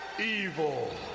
evil